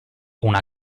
una